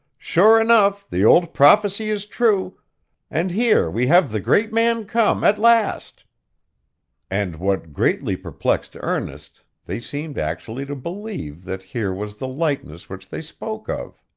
sure enough, the old prophecy is true and here we have the great man come, at last and, what greatly perplexed ernest, they seemed actually to believe that here was the likeness which they spoke of.